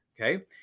Okay